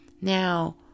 Now